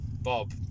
Bob